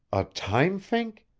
a time fink?